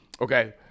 Okay